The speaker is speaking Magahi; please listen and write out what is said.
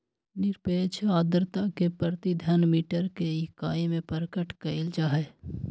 निरपेक्ष आर्द्रता के प्रति घन मीटर के इकाई में प्रकट कइल जाहई